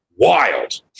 wild